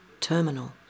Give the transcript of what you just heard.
Terminal